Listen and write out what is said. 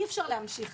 אי אפשר להמשיך.